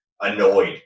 annoyed